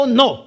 no